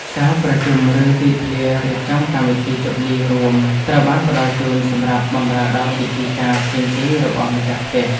សាលប្រជុំឬទីធ្លារៀបចំកម្មវិធីជប់លៀងរួមត្រូវបានផ្តល់ជូនសម្រាប់បម្រើដល់ពិធីការផ្សេងៗរបស់ម្ចាស់ផ្ទះ។